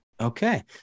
Okay